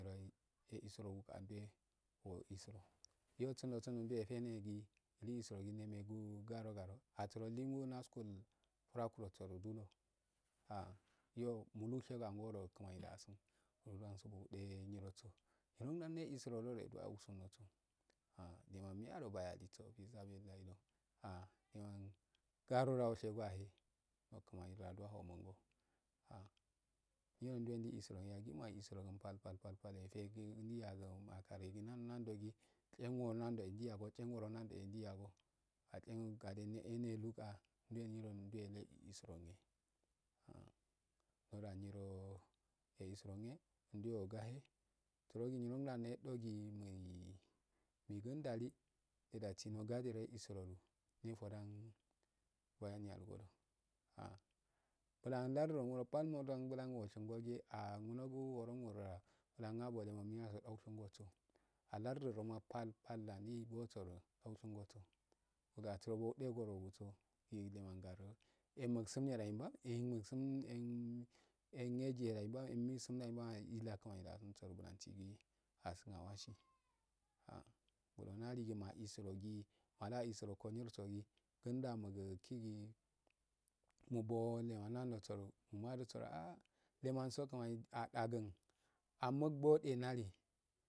Nyirogi eluroguga ndwe oisuro yo sundo sundo nde afenhgii ndi ilsuroguga nemagugaro garo asuro lingu naskuta furakuro sodu dulo ah yo mulugshego angodo kimani dasin dwmsubbou denyiroso denda ne isu rogodu doaeusunso ayi garoda asheygu yahe ngiod esurogu yahe yagima elsurogun pal pal do tetehe ggu gagwangi elceligi nanando elceliya nandoga dende luga detule eiso rugu nandoo yesurange ndweogahe surogidu dunda neduhe surogi nyirodali eisurowgne dwe wugahe surogi nyiroda yeddi megu yondali edasii gadedo mulgsurugun nefodan we wenyaliyo ah bulan alarddungo. pal ndoda dan bulan ogoshingugii ahh ngunogu worondo duda bulan bulan abodu alardurdoma palpal dali bulosodi ushingosu nda desu gugoroguso deyihingaro enmusun agamba unyeiyisun enyejiye da imbam enmaisun asunawasi ah ngoro nalido ma isurogi wala a isuropown yirsodu knndanyiro nu iangee kunnda mugu lagee mbugbbo nengnlanoso mumadesoaa lemanso lamani adagun muggu enali.